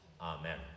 Amen